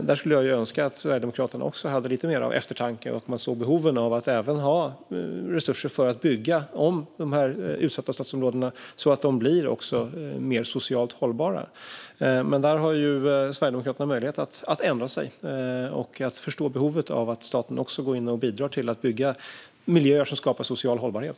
Där skulle jag önska att Sverigedemokraterna hade lite mer eftertanke och såg behoven av att även ha resurser för att bygga om de utsatta stadsområdena så att de blir mer socialt hållbara. Där har Sverigedemokraterna möjlighet att ändra sig och förstå behovet av att staten går in och bidrar till att bygga miljöer som skapar social hållbarhet.